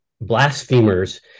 blasphemers